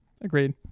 Agreed